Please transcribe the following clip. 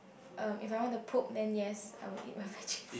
um if I want to poop then yes I will eat my veggies